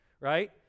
right